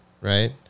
right